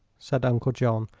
said uncle john,